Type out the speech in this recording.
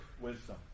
wisdom